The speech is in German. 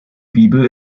bibel